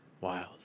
wild